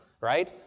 Right